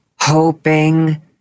hoping